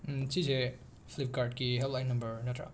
ꯁꯤꯖꯦ ꯐ꯭ꯂꯤꯞꯀꯥꯔꯠꯀꯤ helpline number ꯅꯠꯇ꯭ꯔꯥ